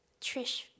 Trish